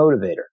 motivator